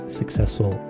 successful